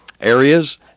areas